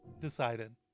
decided